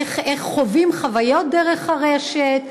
איך חווים חוויות דרך הרשת,